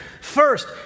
First